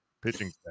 pitching